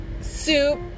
soup